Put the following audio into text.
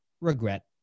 regret